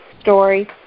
story